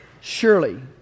Surely